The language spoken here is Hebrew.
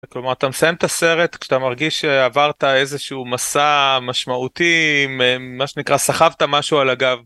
כלומר אתה מסיים את הסרט כשאתה מרגיש שעברת איזשהו מסע משמעותי מה שנקרא סחבת משהו על הגב.